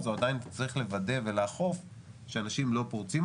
אתה עדיין צריך לוודא ולאכוף שאנשים לא פורצים